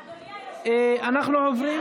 אדוני היושב-ראש,